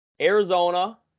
Arizona